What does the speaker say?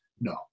No